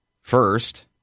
First